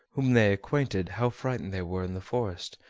whom they acquainted how frightened they were in the forest,